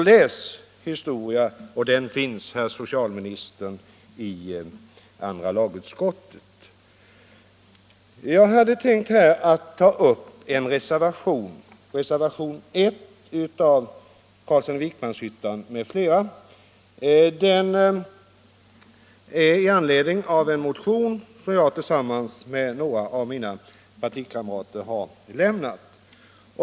Läs historia, herr socialminister — den finns i andra lagutskottets handlingar! Jag hade tänkt ta upp en reservation, nr 2 av herr Carlsson i Vikmanshyttan m.fl., vilken avgivits med anledning av en motion som jag väckt tillsammans med några av mina partikamrater.